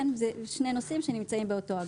כן, אלה שני נושאים שנמצאים באותו אגף.